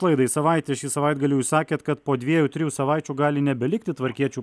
laidai savaitė šį savaitgalį jūs sakėt kad po dviejų trijų savaičių gali nebelikti tvarkiečių